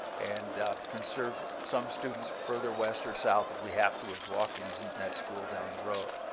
and conserve some students further west or south if we have to as walk-ins into that school down the road.